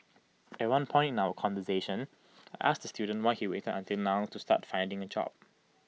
at one point in our conversation I asked the student why he waited until now to start finding A job